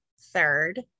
third